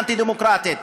האנטי-דמוקרטיות.